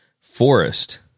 forest